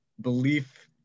belief